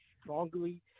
strongly